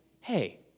Hey